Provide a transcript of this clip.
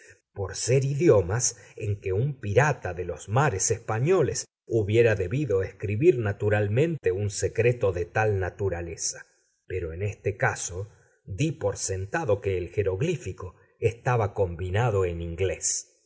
por ser idiomas en que un pirata de los mares españoles hubiera debido escribir naturalmente un secreto de tal naturaleza pero en este caso di por sentado que el jeroglífico estaba combinado en inglés